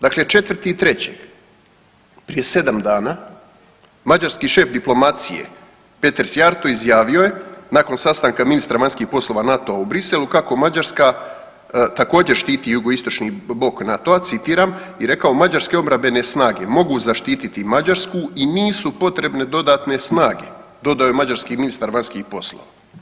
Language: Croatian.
Dakle, 4.3. prije 7 dana mađarski šef diplomacije Peter Szijjareto izjavio je nakon sastanka ministra vanjskih poslova u Bruxellesu kako Mađarska također štiti jugoistočno bok NATO-a citiram i rekao, mađarske obrambene snage mogu zaštiti Mađarsku i nisu potrebne dodatne snage, dodao je mađarski ministar vanjskih poslova.